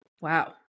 Wow